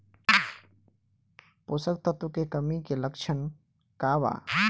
पोषक तत्व के कमी के लक्षण का वा?